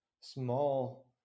small